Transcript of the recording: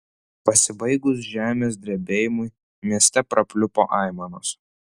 pasibaigus žemės drebėjimui mieste prapliupo aimanos